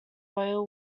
oil